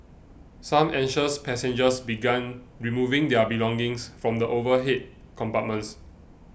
some anxious passengers began removing their belongings from the overhead compartments